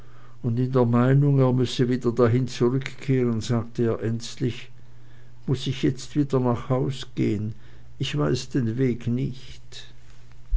und in der meinung er müsse wieder dahin zurückkehren sagte er ängstlich muß ich jetzt wieder nach haus gehen ich weiß den weg nicht